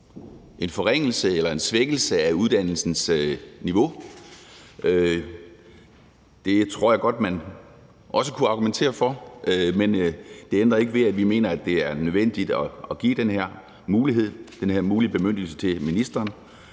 en forringelse eller en svækkelse af uddannelsens niveau. Det tror jeg godt vi også kunne argumentere for, men det ændrer ikke ved, at vi mener, at det er nødvendigt at give den her mulige bemyndigelse til ministeren,